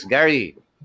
Gary